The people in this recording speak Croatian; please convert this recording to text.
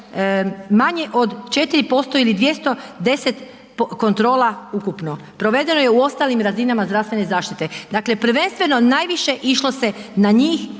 manje od 4% ili 210 kontrola ukupno. Provedeno je u ostalim razinama zdravstvene zaštite. Dakle prvenstveno najviše išlo se na njih